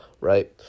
right